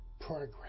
progress